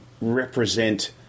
represent